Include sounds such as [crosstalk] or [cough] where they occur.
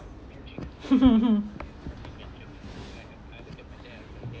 [laughs]